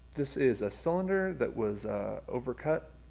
this is a cylinder that was overcut,